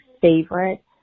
favorite